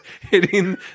hitting